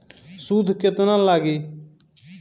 सूद केतना लागी?